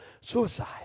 Suicide